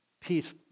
peace